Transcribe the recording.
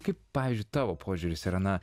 kaip pavyzdžiui tavo požiūris yra na